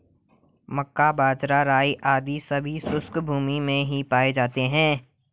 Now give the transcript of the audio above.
मक्का, बाजरा, राई आदि सभी शुष्क भूमी में ही पाए जाते हैं